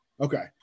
Okay